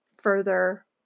further